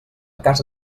casa